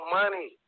money